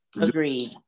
Agreed